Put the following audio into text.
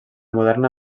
moderna